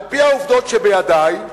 על-פי העובדות שבידי,